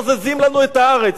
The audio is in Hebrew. בוזזים לנו את הארץ.